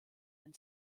den